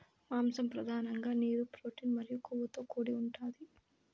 మాంసం పధానంగా నీరు, ప్రోటీన్ మరియు కొవ్వుతో కూడి ఉంటాది